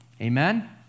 Amen